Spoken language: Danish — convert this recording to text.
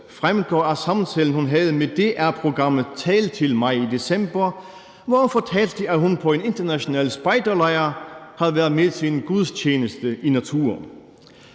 fremgår af samtalen, hun havde i DR-programmet »Tal til mig« i december, hvor hun fortalte, at hun på en international spejderlejr havde været med til en gudstjeneste i naturen.